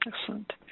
Excellent